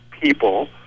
people